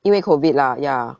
因为 COVID lah ya